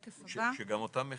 שגם אותם מחזקים,